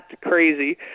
crazy